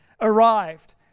arrived